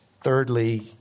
thirdly